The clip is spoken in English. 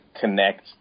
connect